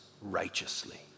righteously